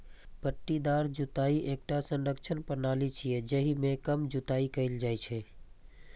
पट्टीदार जुताइ एकटा संरक्षण प्रणाली छियै, जाहि मे कम जुताइ कैल जाइ छै